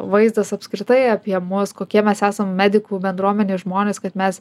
vaizdas apskritai apie mus kokie mes esam medikų bendruomenės žmonės kad mes